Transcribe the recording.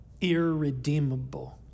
irredeemable